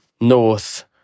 north